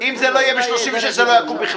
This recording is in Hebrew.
אם זה לא יהיה ב-36, זה לא יקום בכלל.